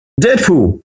Deadpool